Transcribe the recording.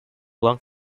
lung